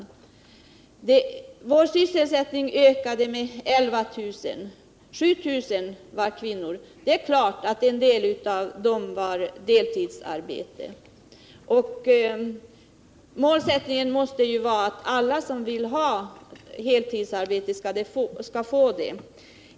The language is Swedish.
Antalet sysselsatta ökade med 11 000, varav 7 000 var kvinnor. Det är klart att en del var deltidsarbete, och målsättningen måste ju vara att alla som vill ha heltidsarbete skall få det.